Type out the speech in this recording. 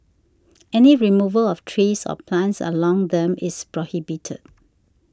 any removal of trees or plants along them is prohibited